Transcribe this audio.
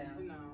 No